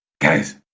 Guys